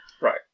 Right